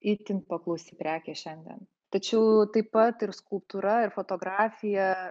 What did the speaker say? itin paklausi prekė šiandien tačiau taip pat ir skulptūra ir fotografija